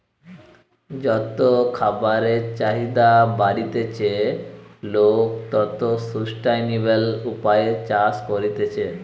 যত খাবারের চাহিদা বাড়তিছে, লোক তত সুস্টাইনাবল উপায়ে চাষ করতিছে